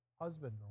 Husband